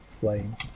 flame